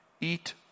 Eat